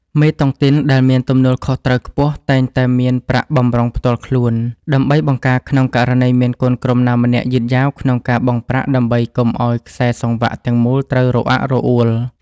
មេតុងទីនដែលមានទំនួលខុសត្រូវខ្ពស់ តែងតែមាន "ប្រាក់បម្រុងផ្ទាល់ខ្លួន" ដើម្បីបង្ការក្នុងករណីមានកូនក្រុមណាម្នាក់យឺតយ៉ាវក្នុងការបង់ប្រាក់ ដើម្បីកុំឱ្យខ្សែសង្វាក់ទាំងមូលត្រូវរអាក់រអួល។